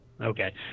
Okay